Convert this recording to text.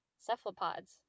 cephalopods